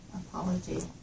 apology